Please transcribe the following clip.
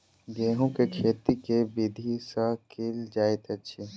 गेंहूँ केँ खेती केँ विधि सँ केल जाइत अछि?